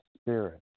spirit